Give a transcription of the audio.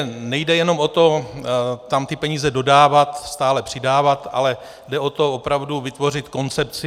Nejde jenom o to tam peníze dodávat, stále přidávat, ale jde o to opravdu vytvořit koncepci.